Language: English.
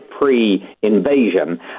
pre-invasion